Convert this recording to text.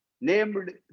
named